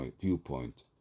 viewpoint